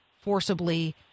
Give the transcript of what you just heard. forcibly